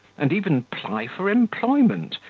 and even ply for employment,